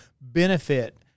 benefit